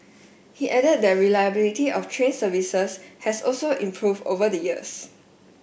he added that reliability of train services has also improved over the years